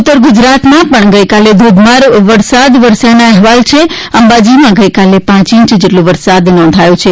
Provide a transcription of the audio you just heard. ઉત્તર ગુજરાતમાં પણ ગઈકાલે ધોધમાર વરસાદ વરસ્યાના અહેવાલ છે અંબાજીમાં ગઈકાલે પાંચ ઈંચ જેટલો વરસાદ નોંધાયો છે